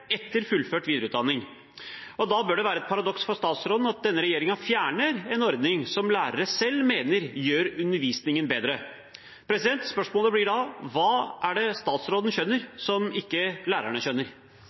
etter fullført videreutdanning. Da bør det være et paradoks for statsråden at denne regjeringen fjerner en ordning som lærere selv mener gjør undervisningen bedre. Spørsmålet blir da: Hva er det statsråden skjønner,